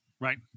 Right